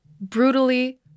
brutally